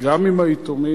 גם עם היתומים,